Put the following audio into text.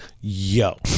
Yo